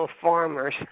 farmers